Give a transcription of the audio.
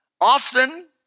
Often